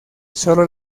solo